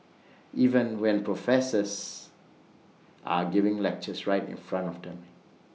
even when professors are giving lectures right in front of them